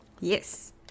yes